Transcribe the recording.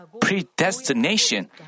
predestination